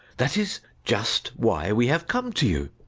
that is just why we have come to you.